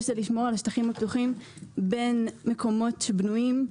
הוא לשמור על השטחים הפתוחים בין מקומות בנויים.